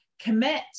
commit